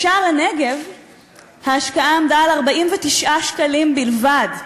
בשער-הנגב ההשקעה עמדה על 49 שקלים בלבד.